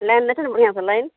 line देतै ने बढ़िऑंसँ लाइन